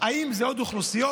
אם זה עוד אוכלוסיות,